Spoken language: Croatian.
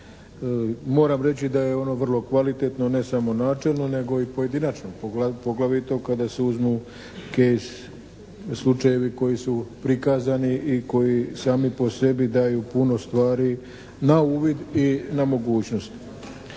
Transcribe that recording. Moram reći da je ono vrlo kvalitetno ne samo načelno, nego i pojedinačno poglavito kada se uzmu “kez“ slučajevi koji su prikazani i koji sami po sebi daju puno stvari na uvid i na mogućnost.